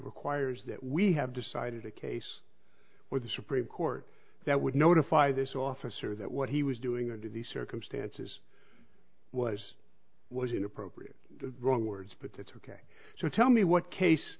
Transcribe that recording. requires that we have decided a case with the supreme court that would notify this officer that what he was doing under the circumstances was was inappropriate the wrong words but that's ok so tell me what case